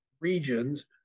regions